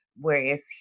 whereas